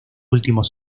últimos